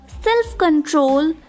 self-control